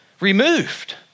removed